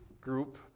group